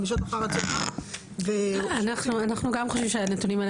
בשעות אחר הצהריים ו --- אנחנו גם חושבים שהנתונים האלה